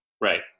Right